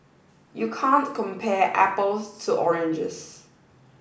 you can't compare apples to oranges